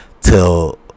till